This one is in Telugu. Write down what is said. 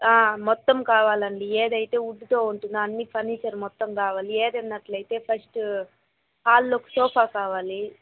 ఆ మొత్తం కావాలండి ఏదైతే వుడ్తో ఉంటుందో అన్ని ఫర్నిచర్ మొత్తం కావాలి ఏదన్నట్లయితే ఫస్ట్ హాల్లోకి సోఫా